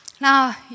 Now